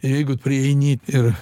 jeigu prieini ir